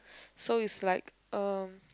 so it's like uh